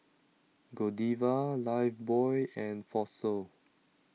Godiva Lifebuoy and Fossil